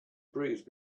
breeze